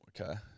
okay